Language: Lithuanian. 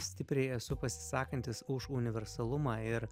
stipriai esu pasisakantis už universalumą ir